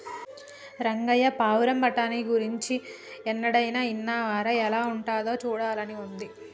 రంగయ్య పావురం బఠానీ గురించి ఎన్నడైనా ఇన్నావా రా ఎలా ఉంటాదో సూడాలని ఉంది